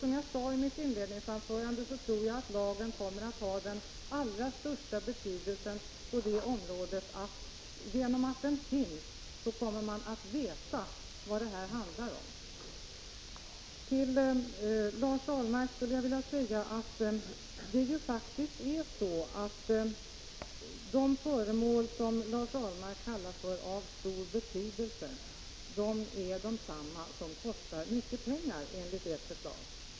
Som jag sade i mitt inledningsanförande tror jag att lagen kommer att ha den allra största betydelsen genom det faktum att den finns och att man därför kommer att veta vad det här handlar om. Det är faktiskt så att när Lars Ahlmark talar om moderaternas förslag och om föremål som är av stor betydelse, då är det fråga om föremål som kostar mycket pengar.